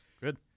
Good